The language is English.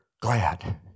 glad